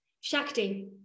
Shakti